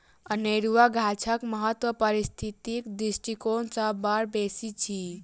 अनेरुआ गाछक महत्व पारिस्थितिक दृष्टिकोण सँ बड़ बेसी अछि